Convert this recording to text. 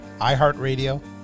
iHeartRadio